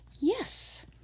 Yes